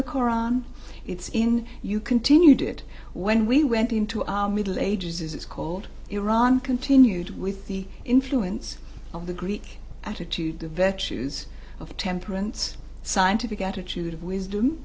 the koran it's in you continued it when we went into our middle ages as it's called iran continued with the influence of the greek attitude the virtues of temperance scientific attitude of wisdom